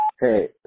Hey